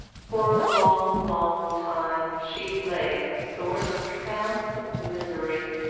for a long, long time she lay in a sort of trance of misery.